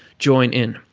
join in.